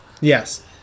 Yes